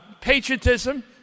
patriotism